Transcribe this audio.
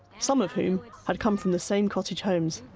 some of whom had come from the same cottage homes.